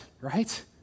right